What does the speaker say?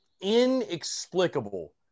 inexplicable